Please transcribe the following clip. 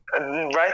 right